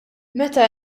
meta